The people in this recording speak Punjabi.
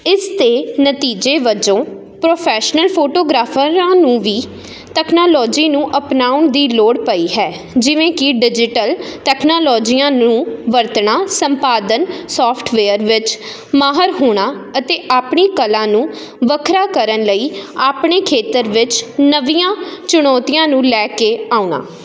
ਇਸ ਦੇ ਨਤੀਜੇ ਵਜੋਂ ਪ੍ਰੋਫੈਸ਼ਨਲ ਫੋਟੋਗ੍ਰਾਫਰਾਂ ਨੂੰ ਵੀ ਤਕਨਾਲੋਜੀ ਨੂੰ ਅਪਣਾਉਣ ਦੀ ਲੋੜ ਪਈ ਹੈ ਜਿਵੇਂ ਕਿ ਡਿਜੀਟਲ ਟੈਕਨਾਲੋਜੀਆਂ ਨੂੰ ਵਰਤਣਾ ਸੰਪਾਦਨ ਸੋਫਟਵੇਅਰ ਵਿੱਚ ਮਾਹਰ ਹੋਣਾ ਅਤੇ ਆਪਣੀ ਕਲਾ ਨੂੰ ਵੱਖਰਾ ਕਰਨ ਲਈ ਆਪਣੇ ਖੇਤਰ ਵਿੱਚ ਨਵੀਆਂ ਚੁਣੌਤੀਆਂ ਨੂੰ ਲੈ ਕੇ ਆਉਣਾ